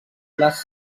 les